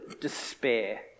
despair